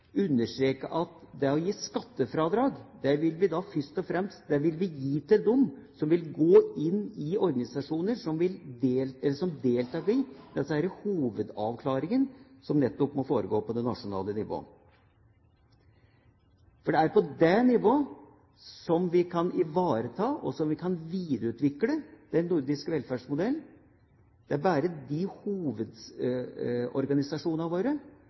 at skattefradrag vil vi først og fremst gi til dem som vil gå inn i organisasjoner som deltar i disse hovedavklaringene, som nettopp må foregå på nasjonalt nivå. Det er på det nivået vi kan ivareta og videreutvikle den nordiske velferdsmodellen. Det er bare hovedorganisasjonene våre